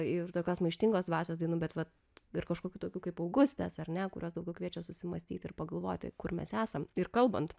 ir tokios maištingos dvasios dainų bet vat ir kažkokių tokių kaip augustės ar ne kurios daugiau kviečia susimąstyt ir pagalvoti kur mes esam ir kalbant